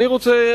אני רוצה,